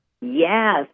Yes